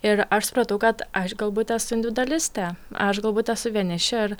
ir aš supratau kad aš galbūt esu individualistė aš galbūt esu vienišė ir